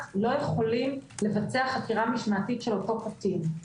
לא יכולים לבצע חקירה משמעתית של אותו קטין.